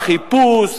בחיפוש,